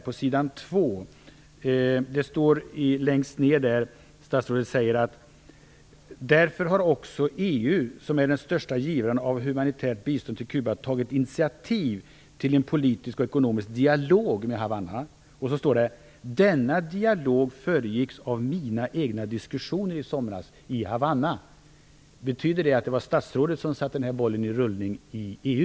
På s. 2 längst ned säger statsrådet: "Därför har också EU, som är den största givaren av humanitärt bistånd till Cuba, tagit initiativ till en politisk och ekonomisk dialog med Havanna. Denna dialog föregicks av mina egna diskussioner i somras i Havanna." Betyder det att det var statsrådet som satte den här bollen i rullning i EU?